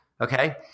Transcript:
Okay